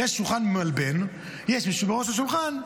כשיש שולחן מלבן, יש יושב בראש השולחן.